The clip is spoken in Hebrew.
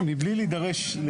מבלי להידרש,